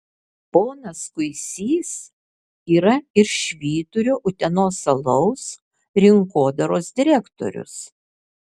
ponas kuisys yra ir švyturio utenos alaus rinkodaros direktorius